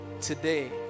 today